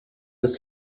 the